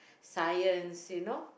science you know